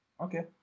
Okay